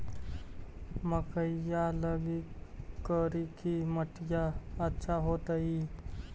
मकईया लगी करिकी मिट्टियां अच्छा होतई